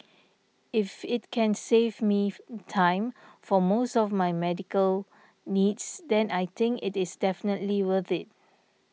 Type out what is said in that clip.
if it can save me time for most of my medical needs then I think it is definitely worth it